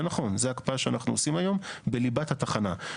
זה נכון, זה הקפאה שאנחנו עושים היום בליבת התחנה.